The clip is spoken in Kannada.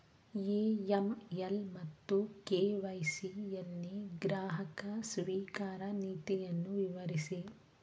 ಎ.ಎಂ.ಎಲ್ ಮತ್ತು ಕೆ.ವೈ.ಸಿ ಯಲ್ಲಿ ಗ್ರಾಹಕ ಸ್ವೀಕಾರ ನೀತಿಯನ್ನು ವಿವರಿಸಿ?